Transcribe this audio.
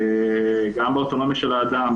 גם באוטונומיה של האדם,